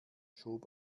schob